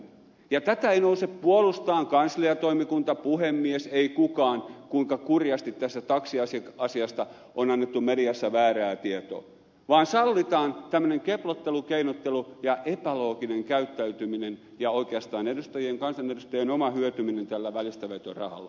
ja tätä ei nouse puolustamaan kansliatoimikunta puhemies ei kukaan kuinka kurjasti tästä taksiasiasta on annettu mediassa väärää tietoa vaan sallitaan tällainen keplottelu keinottelu ja epälooginen käyttäytyminen ja oikeastaan kansanedustajien oma hyötyminen tällä välistävetorahalla